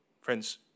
Friends